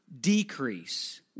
decrease